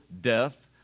death